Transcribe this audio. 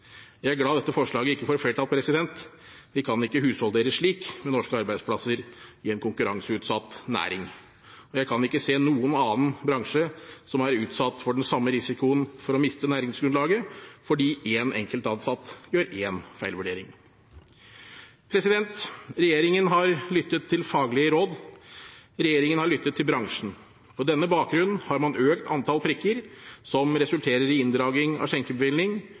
Jeg er glad dette forslaget ikke får flertall. Vi kan ikke husholdere slik med norske arbeidsplasser i en konkurranseutsatt næring. Jeg kan ikke se noen annen bransje som er utsatt for den samme risikoen for å miste næringsgrunnlaget fordi én enkelt ansatt gjør én feilvurdering. Regjeringen har lyttet til faglige råd. Regjeringen har lyttet til bransjen. På denne bakgrunn har man økt antall prikker som resulterer i inndragning av